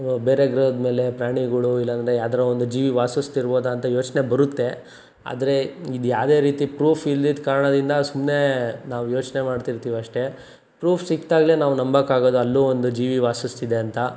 ಬೇರೆ ಗ್ರಹದ ಮೇಲೆ ಪ್ರಾಣಿಗಳು ಇಲ್ಲಾಂದ್ರೆ ಯಾವ್ದಾರ ಒಂದು ಜೀವಿ ವಾಸಸ್ತಿರ್ಬೋದ ಅಂತ ಯೋಚನೆ ಬರುತ್ತೆ ಆದರೆ ಇದು ಯಾವುದೇ ರೀತಿ ಪ್ರೂಫ್ ಇಲ್ದಿದ್ದ ಕಾರಣದಿಂದ ಸುಮ್ನೆ ನಾವು ಯೋಚನೆ ಮಾಡ್ತಿರ್ತೀವಿ ಅಷ್ಟೇ ಪ್ರೂಫ್ ಸಿಕ್ದಾಗ್ಲೆ ನಾವು ನಂಬೋಕ್ಕಾಗೋದು ಅಲ್ಲೂ ಒಂದು ಜೀವಿ ವಾಸಿಸ್ತಿದೆ ಅಂತ